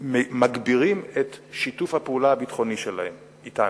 מגבירים את שיתוף הפעולה הביטחוני שלהם אתנו?